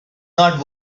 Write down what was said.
not